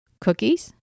cookies